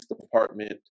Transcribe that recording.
department